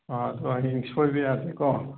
ꯑꯥ ꯑꯗꯣ ꯍꯌꯦꯡ ꯁꯣꯏꯕ ꯌꯥꯗꯦꯀꯣ